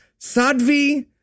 Sadvi